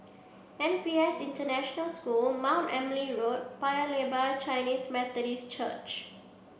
N P S International School Mount Emily Road Paya Lebar Chinese Methodist Church